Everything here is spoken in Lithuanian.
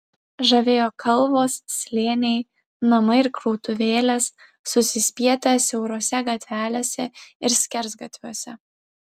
žavėjo kalvos slėniai namai ir krautuvėlės susispietę siaurose gatvelėse ir skersgatviuose